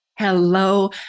Hello